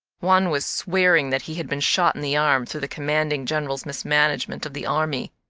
one was swearing that he had been shot in the arm through the commanding general's mismanagement of the army.